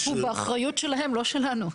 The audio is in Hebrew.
הוא באחריות שלהם, לא שלנו.